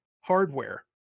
hardware